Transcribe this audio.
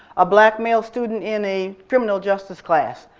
a black male student in a criminal justice class.